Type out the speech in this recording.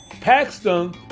Paxton